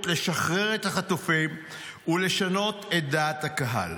לשחרר את החטופים ולשנות את דעת הקהל.